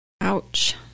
ouch